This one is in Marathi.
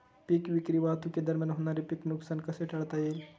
पीक विक्री वाहतुकीदरम्यान होणारे पीक नुकसान कसे टाळता येईल?